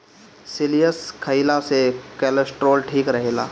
cereals खइला से cholesterol ठीक रहेला